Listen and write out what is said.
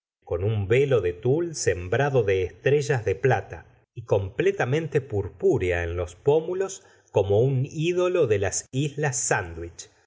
con un velo de tul sembrado de estrellas de plata y completamente purpúrea en tr lerien los pómulos como un ídolo de las islas sandvvich